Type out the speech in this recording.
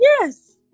yes